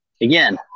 again